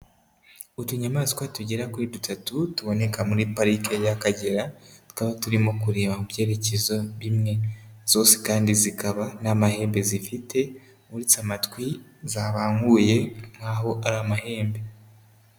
Utunyamaswa tugera kuri dutatu, tuboneka muri pariki y'Akagera, tukaba turimo kureba mu byerekezo bimwe, zose kandi zikaba nta mahembe zifite, uretse amatwi zabanguye nk'aho ari amahembe.